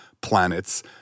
planets